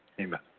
Amen